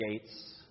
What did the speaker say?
gates